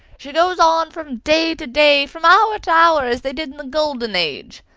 she goes on from day to day, from hour to hour, as they did in the golden age.